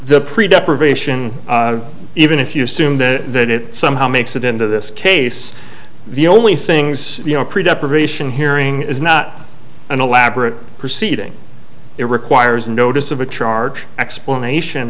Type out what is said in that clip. the pre depravation even if you assume that it somehow makes it into this case the only things you know predisposition hearing is not an elaborate proceeding it requires notice of a charge explanation